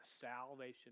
salvation